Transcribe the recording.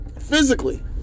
physically